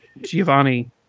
Giovanni